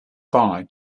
bye